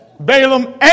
Balaam